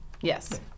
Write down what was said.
Yes